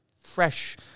fresh